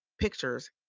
pictures